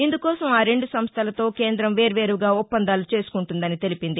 ఇందుకోసం ఆ రెండు సంస్లలతో కేంధం వేర్వేరుగా ఒప్పందాలు చేసుకుంటుందని తెలిపింది